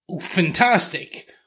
fantastic